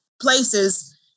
places